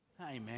amen